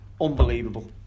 unbelievable